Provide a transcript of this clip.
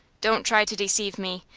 don't try to deceive me.